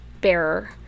bearer